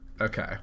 Okay